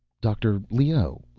dr. leoh.